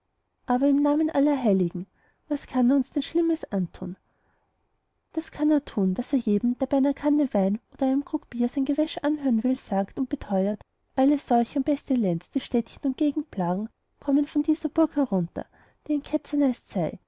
aber im namen aller heiligen was kann er uns denn schlimmes antun das kann er tun daß er jedem der bei einer kanne wein oder bei einem krug bier sein gewäsch anhören will sagt und beteuert alle seuche und pestilenz die städtchen und gegend plagen komme von dieser burg herunter die ein ketzernest sei